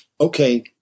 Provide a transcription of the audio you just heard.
okay